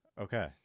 okay